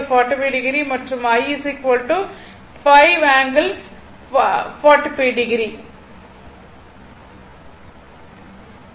மற்றும் I r 5 45 ∠45o